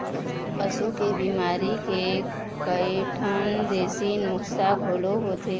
पशु के बिमारी के कइठन देशी नुक्सा घलोक होथे